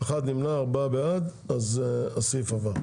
1 נמנע, ארבעה בעד, הסעיף עבר.